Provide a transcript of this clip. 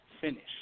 finish